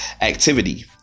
activity